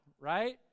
Right